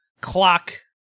clock